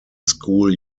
school